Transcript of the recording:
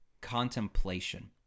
contemplation